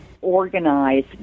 organize